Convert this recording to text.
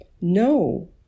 No